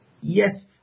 yes